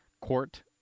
court